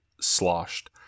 sloshed